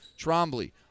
Trombley